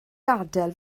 gadael